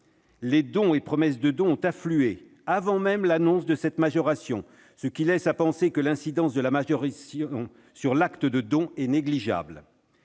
Les dons et promesses de dons ont afflué avant même l'annonce de cette majoration, ce qui laisse à penser que l'incidence de celle-ci sur l'acte de don est négligeable.